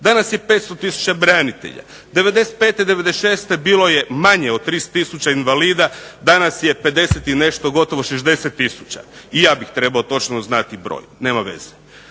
Danas je 500 tisuća branitelja. '95., '96. bilo je manje od 30 tisuća invalida, danas je 50 i nešto gotovo 60 tisuća. I ja bih trebao točno znati broj, nema veze.